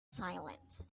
silent